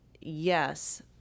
yes